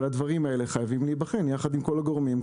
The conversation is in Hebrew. אבל הדברים האלה חייבים להיבחן יחד עם כל הגורמים,